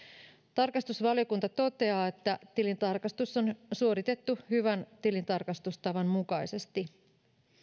tarkastusvaliokunta toteaa että tilintarkastus on suoritettu hyvän tilintarkastustavan mukaisesti